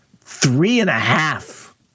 Three-and-a-half